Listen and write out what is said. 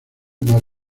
más